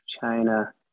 China